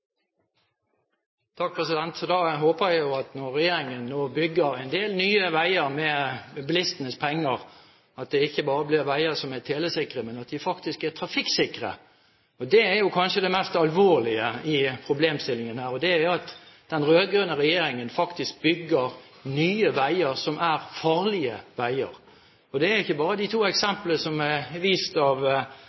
Da håper jeg at når regjeringen nå bygger en del nye veier med bilistenes penger, blir det ikke bare veier som er telesikre, men som faktisk er trafikksikre. Det kanskje mest alvorlige i problemstillingen her er at den rød-grønne regjeringen faktisk bygger nye veier som er farlige veier. Det er ikke bare de to eksemplene som er vist til av